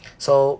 so